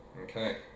Okay